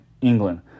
England